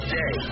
day